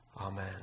Amen